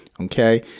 Okay